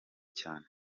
cyane